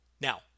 Now